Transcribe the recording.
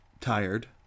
tired